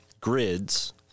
grids